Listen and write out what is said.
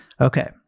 Okay